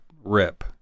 rip